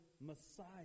Messiah